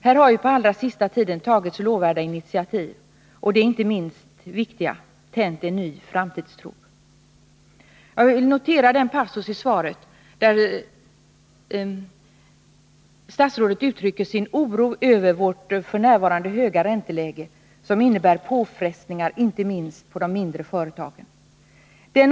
Här har på allra senaste tiden tagits lovvärda initiativ och — det inte minst viktiga — tänts en ny framtidstro. Jag vill notera den passus i svaret där statsrådet uttrycker sin oro över vårt f.n. höga ränteläge, som innebär påfrestningar inte minst för de mindre företagen.